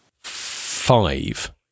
five